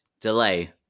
delay